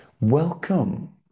Welcome